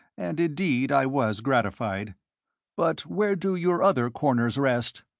and indeed i was gratified but where do your other corners rest?